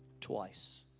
Twice